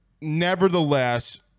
Nevertheless